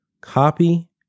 copy